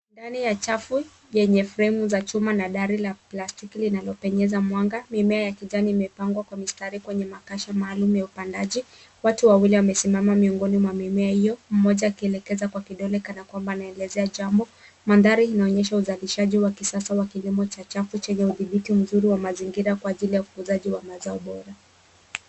Ndani ya chafu yenye fremu za chuma na dari la plastiki linalopenyeza mwanga mimea ya kijani imepangwa kwa mistari kwenye makasha maalum ya upandaji. Watu wawili wamesimama miongoni mwa mimea hio, mmoja akielekeza kwa kidole kana kwamba anaelezea jambo. Mandhari inaonyesha uzalishaji wa kisasa wa kilimo cha chafu chenye udhibiti mzuri wa mazingira kwa ajili ya ukuzaji wa mazao bora.